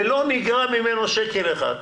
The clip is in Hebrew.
ולא נגרע ממנו שקל אחד,